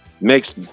Makes